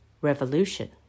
revolution